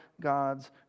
God's